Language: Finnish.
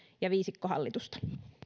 ja viisikkohallitusta